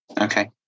Okay